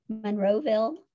Monroeville